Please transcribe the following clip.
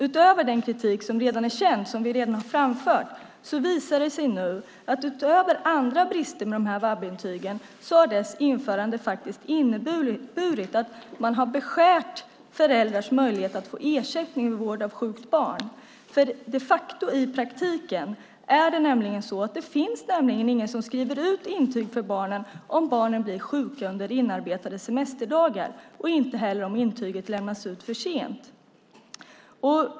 Utöver den kritik som redan är känd och som vi redan har framfört visar det sig nu att VAB-intygens införande faktiskt har inneburit att man har beskurit föräldrars möjlighet att få ersättning vid vård av sjukt barn. I praktiken finns det nämligen ingen som skriver intyg för barnen om barnen blir sjuka under inarbetade semesterdagar och inte heller om intyget lämnas ut för sent.